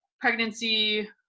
pregnancy